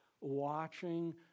watching